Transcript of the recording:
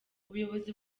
ubuyobozi